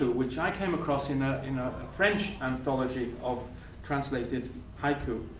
which i came across in ah in a french anthology of translated haiku,